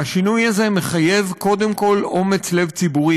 והשינוי הזה מחייב קודם כול אומץ לב ציבורי